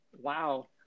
Wow